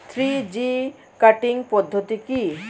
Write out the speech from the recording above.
Three G cutting পদ্ধতি কি?